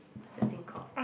what's the thing called